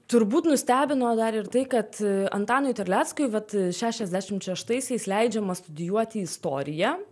turbūt nustebino dar ir tai kad antanui terleckui vat šešiasdešimt šeštaisiais leidžiama studijuoti istoriją